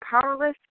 powerless